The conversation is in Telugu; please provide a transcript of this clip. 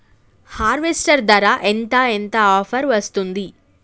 హార్వెస్టర్ ధర ఎంత ఎంత ఆఫర్ వస్తుంది?